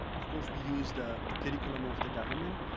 of course, we used the curriculum of the government.